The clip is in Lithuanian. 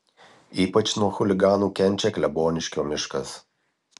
ypač nuo chuliganų kenčia kleboniškio miškas